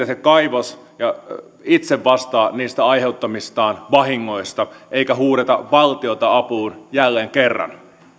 se kaivos itse vastaa niistä aiheuttamistaan vahingoista eikä huudeta valtiota apuun jälleen kerran